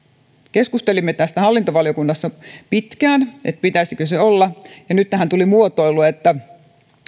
keskustelimme tästä hallintovaliokunnassa pitkään että pitäisikö se olla ja nyt tähän tuli muotoilu että